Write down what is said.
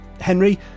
Henry